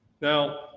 Now